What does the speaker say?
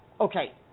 Okay